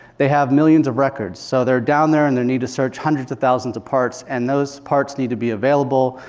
they have millions of records. so they're down there and they need to search hundreds of thousands of parts, and those parts need to be available,